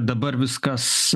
dabar viskas